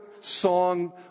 song